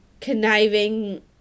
conniving